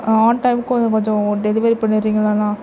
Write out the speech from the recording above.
on டைம்க்கு கொஞ்சம் delivery பண்ணிடுறீங்களாண்ணா